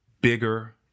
bigger